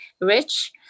rich